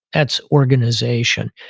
that's organization.